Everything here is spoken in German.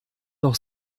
noch